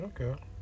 Okay